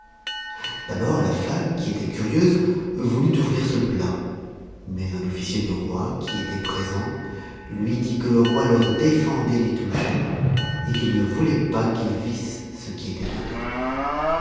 d'abord la femme qui était curieuse voulut ouvrir ce plat mais un officier du roi qui était présent lui dit que le roi leur défendait d'y toucher et qu'il ne voulait pas qu'ils vissent ce qui était dedans